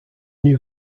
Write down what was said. new